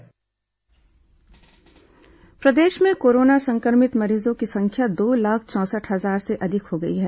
corona समाचारजागरूकता प्रदेश में कोरोना संक्रमित मरीजों की संख्या दो लाख चौंसठ हजार से अधिक हो गई है